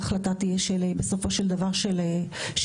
ההחלטה תהיה בסופו של דבר של השר